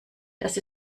das